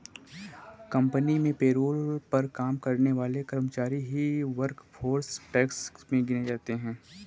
company में payroll पर काम करने वाले कर्मचारी ही वर्कफोर्स टैक्स में गिने जाते है